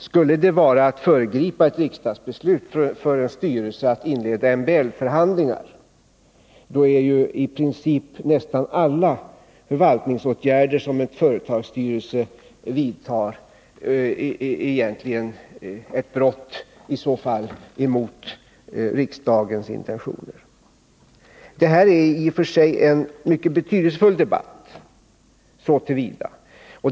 Skulle det vara att föregripa ett riksdagsbeslut, om en styrelse inleder MBL-förhandlingar, är ju i princip nästan alla förvaltningsåtgärder som ett företags styrelse vidtar egentligen ett brott mot riksdagens intentioner. Det här är så till vida en mycket betydelsefull debatt.